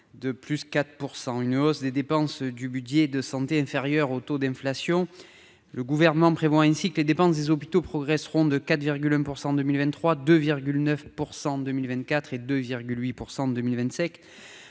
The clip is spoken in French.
de plus 4 % une hausse des dépenses du budget de santé inférieur au taux d'inflation, le gouvernement prévoit ainsi que les dépenses des hôpitaux progresseront de 4 virgule 1 % en 2023, de 9 % en 2024 et de 8 % en 2027